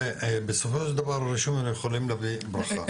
זה בסופו של דבר הרישומים האלה יכולים להביא ברכה.